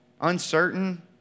uncertain